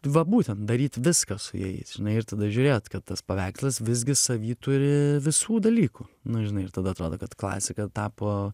va būtent daryt viską su jais ir tada žiūrėt kad tas paveikslas visgi savy turi visų dalykų nu žinai ir tada atrodo kad klasika tapo